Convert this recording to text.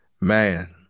Man